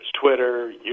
Twitter